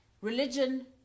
religion